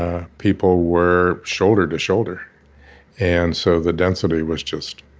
ah people were shoulder to shoulder and so the density was just,